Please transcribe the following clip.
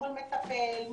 מול מטפל,